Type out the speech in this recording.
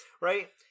Right